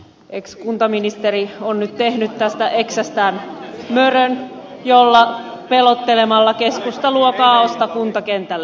ex kuntaministeri on nyt tehnyt tästä eksästään mörön jolla pelottelemalla keskusta luo kaaosta kuntakentälle